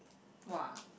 !wah!